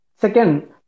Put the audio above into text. Second